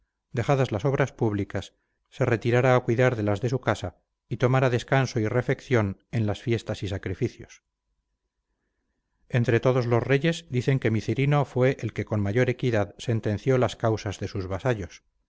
dejadas las obras públicas se retirara a cuidar de las de su casa y tomara descanso y refección en las fiestas y sacrificios entre todos los reyes dicen que micerino fue el que con mayor equidad sentenció las causas de sus vasallos